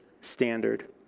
standard